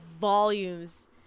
volumes